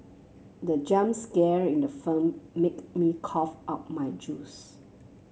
the jump scare in the film make me cough out my juice